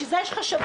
בשביל זה יש חשבים,